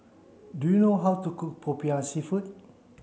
do you know how to cook Popiah seafood